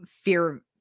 fear